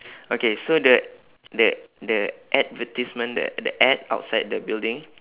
okay so the the the advertisement the the ad outside the building